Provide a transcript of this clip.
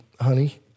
Honey